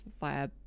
via